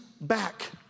back